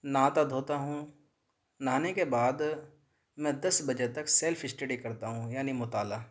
نہاتا دھوتا ہوں نہانے کے بعد میں دس بجے تک سیلف اسٹڈی کرتا ہوں یعنی مطالعہ